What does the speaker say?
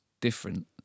different